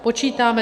Počítáme.